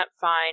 find